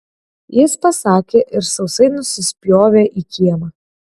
jis pasakė ir sausai nusispjovė į kiemą